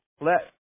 let